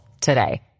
today